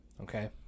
Okay